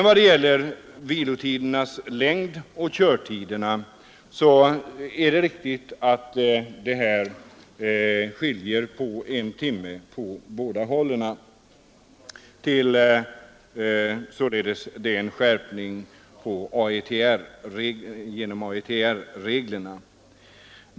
Vad gäller vilotidernas längd och körtiderna är det riktigt att det skiljer på en timme i båda fallen. AETR-reglerna innebär således en skärpning.